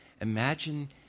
Imagine